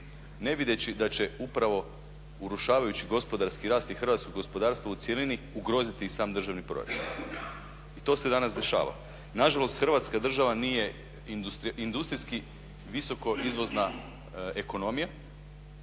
ne vidjevši da će upravo urušavajući gospodarski rast i hrvatsko gospodarstvo u cjelini ugroziti i sam državni proračun. To se danas dešava. Nažalost, Hrvatska država nije industrijski visoko izvozna ekonomija,